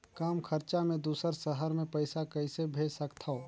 कम खरचा मे दुसर शहर मे पईसा कइसे भेज सकथव?